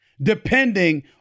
depending